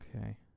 Okay